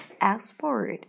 export